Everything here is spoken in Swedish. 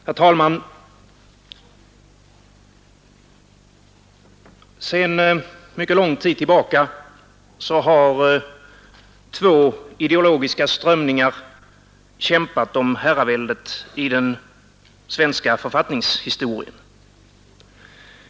Herr talman! Sedan mycket lång tid tillbaka har två ideologiska strömningar kämpat om herraväldet i den svenska författningens historia.